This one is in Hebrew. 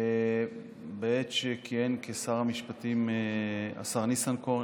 בעת שכיהן כשר המשפטים השר ניסנקורן,